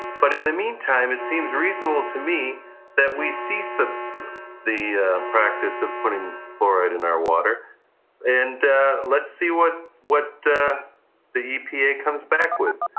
but in the meantime, it seems reasonable to me that we cease ah the the practice of putting fluoride in our water and let's see what what the the epa comes back with.